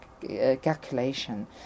calculation